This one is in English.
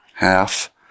half